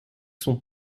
son